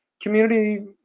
community